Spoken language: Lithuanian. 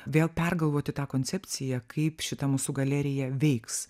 vėl pergalvoti tą koncepciją kaip šita mūsų galerija veiks